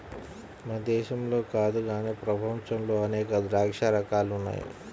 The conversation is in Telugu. మన దేశంలో కాదు గానీ ప్రపంచంలో అనేక ద్రాక్ష రకాలు ఉన్నాయి